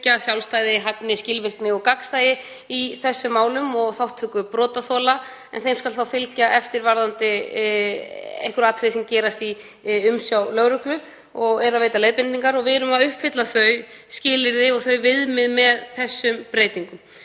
tryggja sjálfstæði, hæfni, skilvirkni og gagnsæi í þessum málum og þátttöku brotaþola, en þeim skal þá fylgja eftir varðandi einhver atriði sem gerast í umsjá lögreglu og veita leiðbeiningar. Við erum við að uppfylla þau skilyrði og þau viðmið með þessum breytingum.